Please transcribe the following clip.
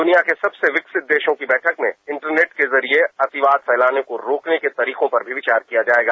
दूनिया के सबसे विकसित देशों की बैठक में इंटरनेट के जरिए अतिवाद फैलाने को रोकने के तरीकों पर भी विचार किया जाएगा